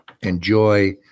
enjoy